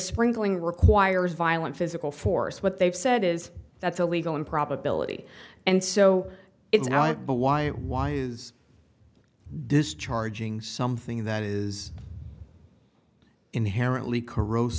sprinkling requires violent physical force what they've said is that's illegal in probability and so it's know it but why why is this charging something that is inherently